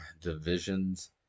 divisions